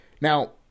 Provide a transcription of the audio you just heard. Now